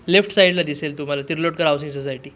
left साईडला दिसेल तुम्हाला तिर्लोटकर हाऊसिंग सोसायटी